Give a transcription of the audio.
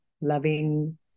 loving